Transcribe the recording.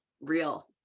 Real